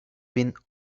been